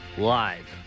Live